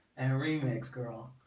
and remakes girl.